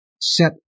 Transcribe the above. set